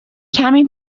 کمی